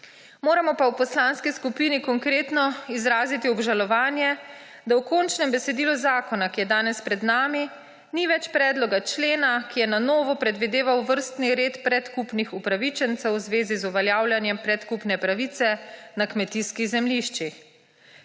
Moramo pa v Poslanski skupini Konkretno izraziti obžalovanje, da v končnem besedilu zakona, ki je danes pred nami, ni več predloga člena, ki je na novo predvideval vrstni red predkupnih upravičencev v zvezi z uveljavljanjem predkupne pravice na kmetijskih zemljiščih.